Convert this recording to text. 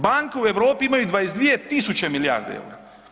Banke u Europi imaju 22 tisuće milijardi eura.